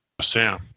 Sam